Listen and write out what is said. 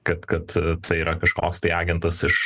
kad kad tai yra kažkoks tai agentas iš